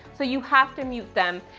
so you have to mute them.